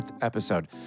episode